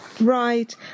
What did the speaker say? Right